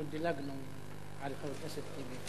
אנחנו דילגנו על חבר הכנסת טיבי,